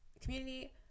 community